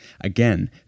Again